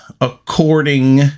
according